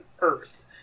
Earth